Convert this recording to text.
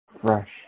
fresh